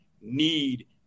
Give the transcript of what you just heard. need